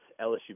LSU